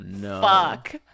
Fuck